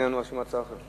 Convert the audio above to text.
אין לנו שום הצעה אחרת.